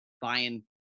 buying